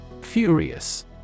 Furious